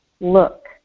look